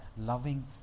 loving